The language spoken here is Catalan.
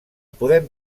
podem